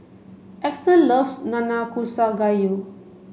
Axel loves Nanakusa Gayu